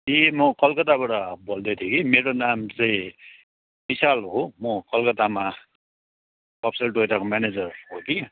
ए म कलकत्ताबाट बोल्दैथिएँ कि मेरो नाम चाहिँ विशाल हो म कलकत्तामा अफसल टोयटाको म्यानेजर हो कि